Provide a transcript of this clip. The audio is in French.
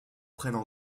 prennent